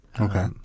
Okay